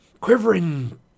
quivering